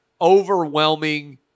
Overwhelming